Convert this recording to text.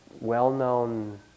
well-known